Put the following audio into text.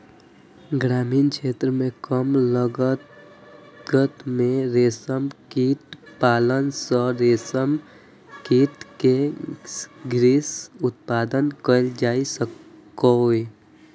ग्रामीण क्षेत्र मे कम लागत मे रेशम कीट पालन सं रेशम कीट के शीघ्र उत्पादन कैल जा सकैए